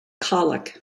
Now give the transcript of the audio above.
colic